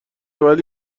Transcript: ولی